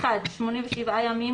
(1)87 ימים,